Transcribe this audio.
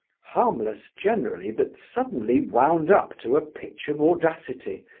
harmless generally, but suddenly wound up to a pitch of audacity,